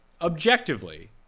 Objectively